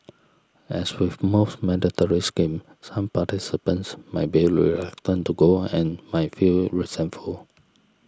as with most mandatory schemes some participants might be reluctant to go and might feel resentful